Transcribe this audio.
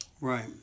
Right